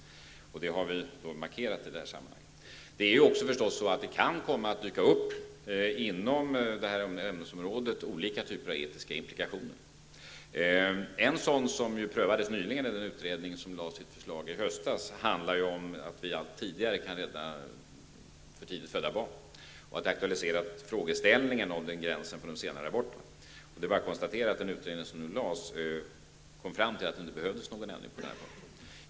Inom detta ämnesområde kan det förstås komma att dyka upp olika typer av etiska implikationer. En sådan inplikation som nyligen prövades av den utredning som lade fram sitt förslag i höstas handlar om att vi allt tidigare kan rädda för tidigt födda barn, vilket auktualiserat frågeställningen kring gränsen för de sena aborterna. I det förslag som lades fram konstaterade man att det inte behövdes någon ändring på den här punkten.